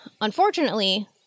Unfortunately